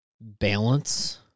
balance